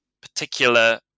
particular